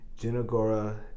Jinagora